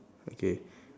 okay